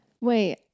wait